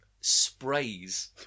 sprays